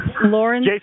Lauren